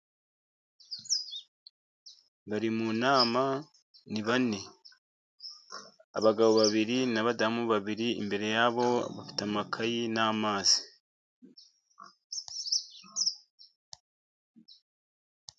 Bari mu nama ni bane. Abagabo babiri n'abadamu babiri, imbere yabo bafite amakayi n'amazi.